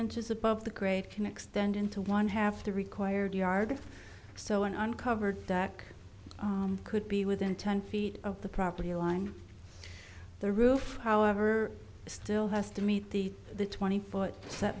inches above the grade can extend into one half the required yard so an uncovered deck could be within ten feet of the property line the roof however still has to meet the the twenty foot set